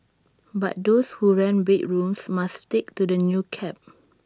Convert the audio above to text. but those who rent bedrooms must stick to the new cap